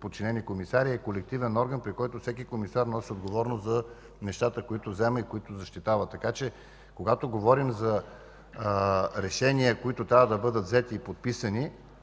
подчинени комисари, а колективен орган, при който всеки комисар носи отговорност за нещата, които взема и защитава. Когато говорим за решения, които трябва да бъдат взети и подписани,